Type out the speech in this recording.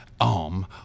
arm